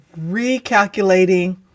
recalculating